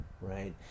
right